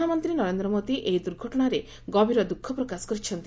ପ୍ରଧାନମନ୍ତ୍ରୀ ନରେନ୍ଦ୍ ମୋଦି ଏହି ଦୂର୍ଘଟଣାରେ ଗଭୀର ଦ୍ରଃଖ ପ୍ରକାଶ କରିଛନ୍ତି